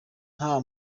nta